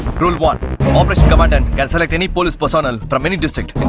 rule one operation commandant can select any police personnel. from any district in